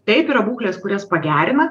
taip yra būklės kurias pagerina